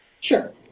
Sure